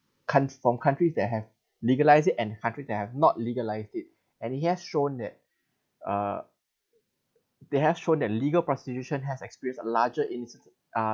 countr~ from countries that have legalised it and countries that have not legalised it and it has shown that uh they have shown that legal prostitution has experienced a larger inecis~ uh